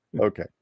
Okay